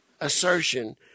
assertion